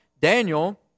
Daniel